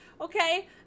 Okay